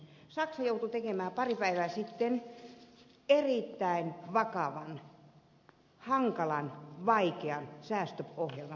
saksa joutui tekemään pari päivää sitten erittäin vakavan hankalan vaikean säästöohjelman säästöbudjetin